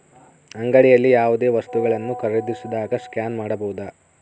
ಅಂಗಡಿಯಲ್ಲಿ ಯಾವುದೇ ವಸ್ತುಗಳನ್ನು ಖರೇದಿಸಿದಾಗ ಸ್ಕ್ಯಾನ್ ಮಾಡಬಹುದಾ?